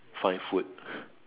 find food